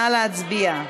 נא להצביע.